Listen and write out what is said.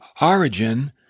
origin